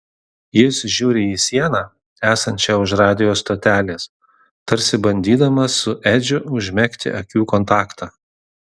jis žiūri į sieną esančią už radijo stotelės tarsi bandydamas su edžiu užmegzti akių kontaktą